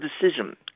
decision